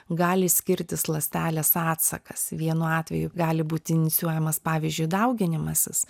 gali skirtis ląstelės atsakas vienu atveju gali būt inicijuojamas pavyzdžiui dauginimasis